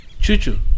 Chuchu